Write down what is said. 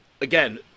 again